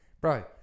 Bro